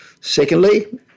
Secondly